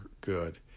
good